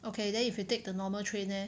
okay then if you take the normal train eh